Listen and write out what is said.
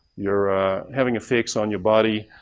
you're having effects on your body,